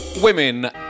women